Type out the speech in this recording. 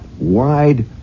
wide